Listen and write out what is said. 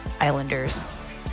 Islanders